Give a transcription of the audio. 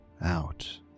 out